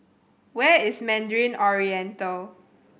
where is Mandarin Oriental